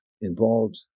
Involved